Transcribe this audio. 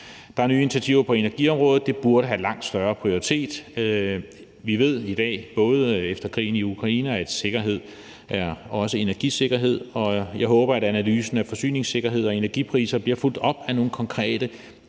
Der er nye initiativer på energiområdet, og det burde have langt større prioritet. Vi ved i dag, også efter udbruddet af krigen i Ukraine, at sikkerhed også er energisikkerhed, og jeg håber, at analysen af forsyningssikkerhed og energipriser bliver fulgt op af nogle konkrete